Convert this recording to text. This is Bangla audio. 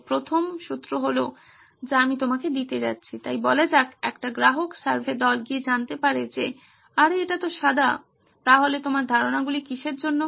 তাই প্রথম সূত্র হলো যা আমি তোমাকে দিতে যাচ্ছি তাই বলা যাক একটি গ্রাহক সার্ভে দল গিয়ে জানতে পারে যে আরে এটা তো সাদা তাহলে তোমার ধারণাগুলি কীসের জন্য